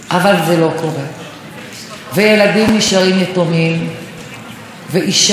ואישה נרצחת על ידי בעלה או על ידי קרוב משפחה,